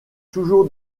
toujours